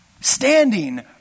Standing